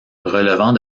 relevant